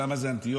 שם זו אנטיוכיה,